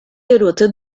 garota